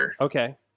Okay